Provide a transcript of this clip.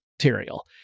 material